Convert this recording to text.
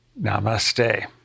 Namaste